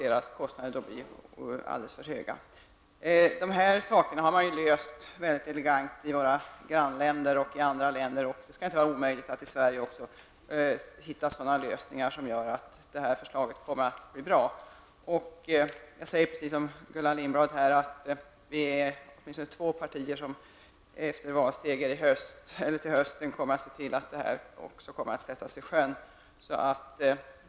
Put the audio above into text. Dessa frågor har man löst mycket elegant i våra grannländer och i andra länder, och det skall inte vara omöjligt att även i Sverige hitta lösningar som gör att detta förslag kommer att bli bra. Jag säger precis som Gullan Lindblad att det är åtminstone två partier som efter en valseger i höst kommer att se till att reformen kommer att sättas i sjön.